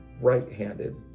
right-handed